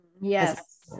Yes